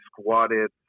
squatted